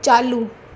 चालू